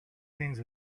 things